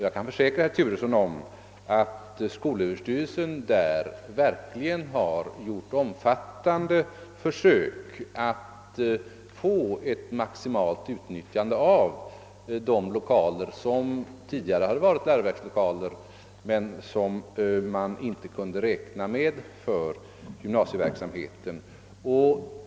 Jag vill försäkra herr Turesson om att skolöverstyrelsen i dessa fall verkligen gjort omfattande försök att få till stånd ett maximalt utnyttjande av de lokaler, som tidigare varit läroverkslokaler men som inte kunde utnyttjas för gymnasieändamål.